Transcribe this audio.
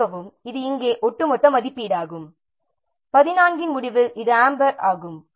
மன்னிக்கவும் இது இங்கே ஒட்டுமொத்த மதிப்பீடாகும் 14 இன் முடிவில் இது அம்பர் ஆகும்